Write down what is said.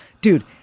dude